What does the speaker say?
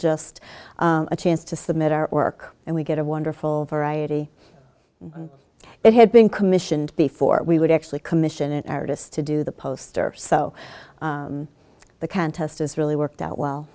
just a chance to submit our work and we get a wonderful variety that had been commissioned before we would actually commission an artist to do the poster so the contest is really worked out well